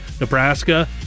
Nebraska